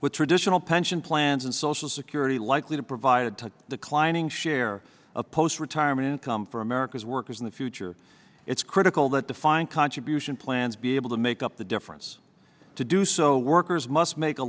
with traditional pension plans and social security likely to provide to the climbing share of post retirement income for america's workers in the future it's critical that defined contribution plans be able to make up the difference to do so workers must make a